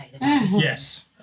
yes